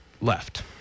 left